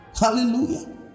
Hallelujah